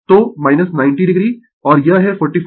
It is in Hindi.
तो 90 o और यह है 45 o